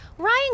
Ryan